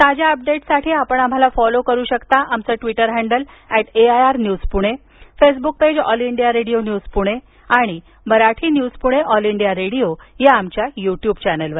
ताज्या अपडेट्ससाठी आपण आम्हाला फॉलो करु शकता आमचं Twitter handle at AIR news Pune Facebook page All India Radio news Pune आणि Marathi news Pune All India Radio या आमच्या युट्युब चॅनेलवर